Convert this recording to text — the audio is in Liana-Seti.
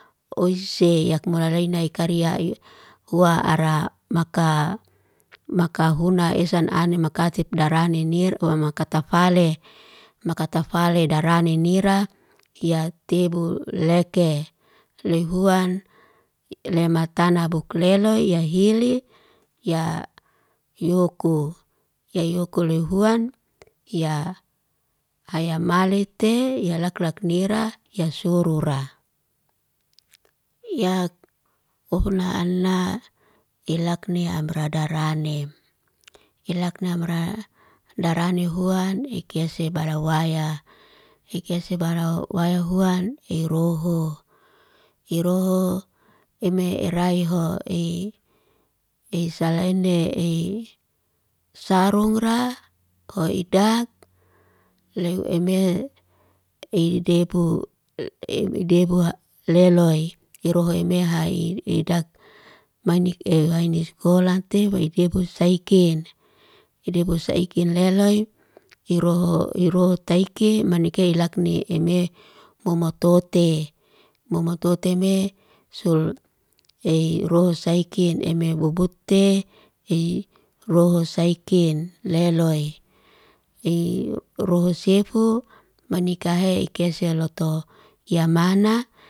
Oyse, yak mulalaina ikariya huwa ara maka huna esan anin makatip darani nira, wa makatafale. Makatafale darani nira, ya tebu leke. Lihuan le matana bukleloi, ya hili, ya yuku. Ya yuku lihuan, ya ayamale te, ya laklak nira ya surura. Ya uhuna ana ilakni ambra darane, ilakni ambra darani huwan. Ikese balawaya, ikese balawaya huwan, iroho. Iroho ime iroho esalene e sarungra, o idak leu eme idebu idebu leloy. Irohi me haiidak mainik ew wainisakolante, wa idebu saikin. Idebu saikin leloy iroho, iroho taike, manike ilakni eme momotote. Momotote me sul e roho saikin eme bobote e roho saikin leloy. E roho sefu manikahe ikese loto ya mana.